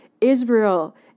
Israel